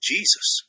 Jesus